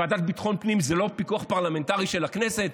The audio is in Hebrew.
ועדת ביטחון פנים זה לא פיקוח פרלמנטרי של הכנסת.